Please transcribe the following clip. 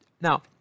Now